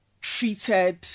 treated